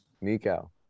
Nico